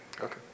Okay